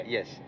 Yes